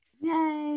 Yay